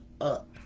up